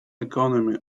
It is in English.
economy